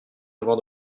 avoir